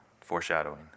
foreshadowing